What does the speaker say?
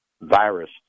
virus